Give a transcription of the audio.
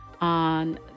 on